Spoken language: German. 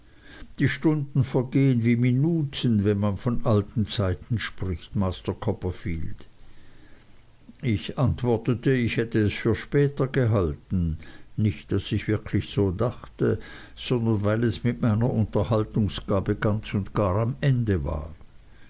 die stunden vergehen wie minuten wenn man von alten zeiten spricht master copperfield ich antwortete ich hätte es für später gehalten nicht daß ich wirklich so dachte sondern weil es mit meiner unterhaltungsgabe ganz und gar zu ende war